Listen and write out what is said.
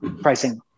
pricing